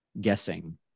guessing